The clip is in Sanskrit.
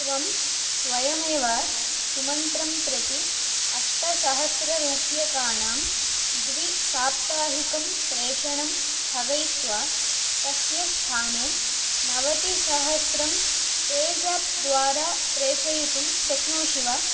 त्वं स्वयमेव सुमन्त्रं प्रति अष्टसहस्ररूप्यकाणां द्विसाप्ताहिकं प्रेषणं स्थगयित्वा तस्य स्थाने नवतिसहस्रं पेसाप्द्वारा प्रेषयितुं शक्नोषि वा